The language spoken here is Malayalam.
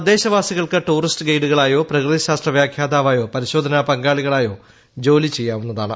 തദ്ദേശവാസികൾക്ക് ടൂറിസ്റ്റ് ഗൈഡുകളായോ പ്രകൃതി ശാസ്ത്ര വ്യാഖ്യാതാവായോ പരിശോധനാ പങ്കാളികളായോ ജോലി ചെയ്യാവുന്നതാണ്